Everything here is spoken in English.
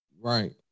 Right